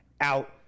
out